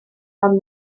ond